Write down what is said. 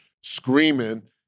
screaming